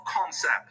concept